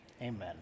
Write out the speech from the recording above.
Amen